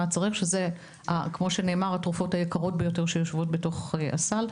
שאלה התרופות היקרות ביותר שיושבות בתוך הסל.